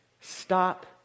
stop